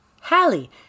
Hallie